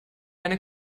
eine